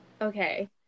Okay